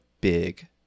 big